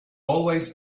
always